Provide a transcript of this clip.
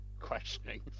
Questioning